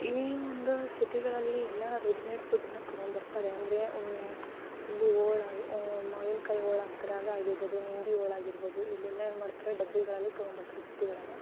ಈ ಒಂದು ಸಿಟಿಗಳಲ್ಲಿ ಎಲ್ಲ ರೆಡಿಮೇಡ್ ಫುಡ್ನ ತೊಗೊಂಡ್ಬರ್ತಾರೆ ಅಂದರೆ ಇಲ್ಲಿ ಒಳಗೆ ಮಾವಿನ ಕಾಯಿ ಹೋಳಾಕ್ತಾರೆ ಅದಾಗಿರ್ಬೋದು ನಿಂಬೆ ಹೋಳಾಗಿರ್ಬೋದು ಇಲ್ಲೆಲ್ಲ ಏನ್ಮಾಡ್ತಾರೆ ಡಬ್ಬಿಗಳಲ್ಲಿ ತಗೊಂಡ್ಬರ್ತಾರೆ ಸಿಟಿ ಒಳಗೆ